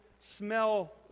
smell